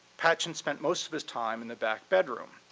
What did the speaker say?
patchen spent most of his time in the back bedroom,